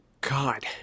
God